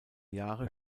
jahre